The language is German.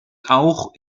auch